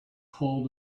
hold